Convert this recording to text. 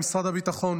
למשרד הביטחון,